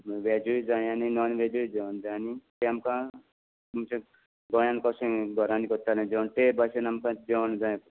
वॅजूय जाय आनी नॉन वॅजूय जेवण जाय आनी तें आमकां म्हणजे गोंयांत कशें घोरांनी कोत्ताले तें बाशेन आमकां जेवण जाय